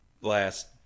last